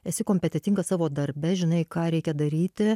esi kompetentingas savo darbe žinai ką reikia daryti